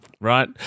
right